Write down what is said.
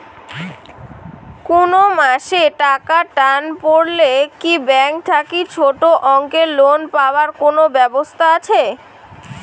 কুনো মাসে টাকার টান পড়লে কি ব্যাংক থাকি ছোটো অঙ্কের লোন পাবার কুনো ব্যাবস্থা আছে?